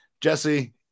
Jesse